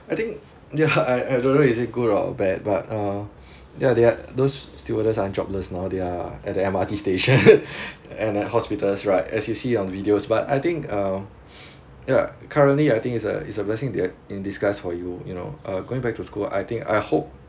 I think yeah I I don't know is it good or bad but uh ya there are those stewardess aren't jobless now they are at the M_R_T station and at hospital right as you see on videos but I think uh ya currently I think is a is a blessing dear in disguise for you you know uh going back to school I think I hope